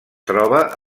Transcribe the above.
troba